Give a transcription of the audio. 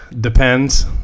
depends